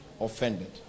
offended